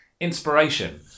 inspiration